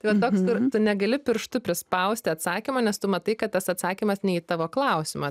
va toks ir tu negali pirštu prispausti atsakymo nes tu matai kad tas atsakymas ne į tavo klausimą